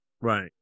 Right